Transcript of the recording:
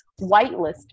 whitelist